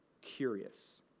curious